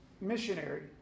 missionary